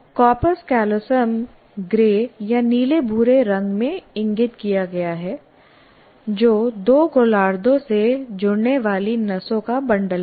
corpus callosum grey या नीले भूरे रंग में इंगित किया गया है जो दो गोलार्धों से जुड़ने वाली नसों का बंडल है